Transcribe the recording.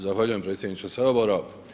Zahvaljujem predsjedniče Sabora.